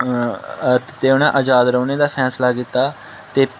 अ ते उ'नें आजाद रौह्ने दा फैसला कीता ते